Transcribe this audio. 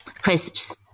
crisps